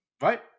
right